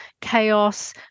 chaos